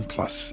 Plus